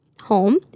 home